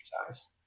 exercise